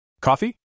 Coffee